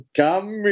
come